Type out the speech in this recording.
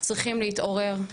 צריכים להתעורר,